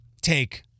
take